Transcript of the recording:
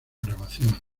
grabación